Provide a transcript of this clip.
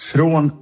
Från